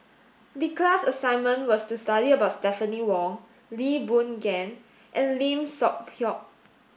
the class assignment was to study about Stephanie Wong Lee Boon Ngan and Lim Seok Hui